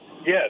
Yes